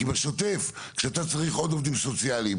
כי בשוטף כשאתה צריך עוד עובדים סוציאליים,